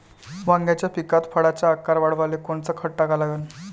वांग्याच्या पिकात फळाचा आकार वाढवाले कोनचं खत टाका लागन?